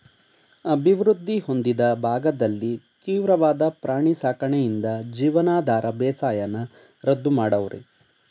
ಅಭಿವೃದ್ಧಿ ಹೊಂದಿದ ಭಾಗದಲ್ಲಿ ತೀವ್ರವಾದ ಪ್ರಾಣಿ ಸಾಕಣೆಯಿಂದ ಜೀವನಾಧಾರ ಬೇಸಾಯನ ರದ್ದು ಮಾಡವ್ರೆ